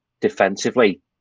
defensively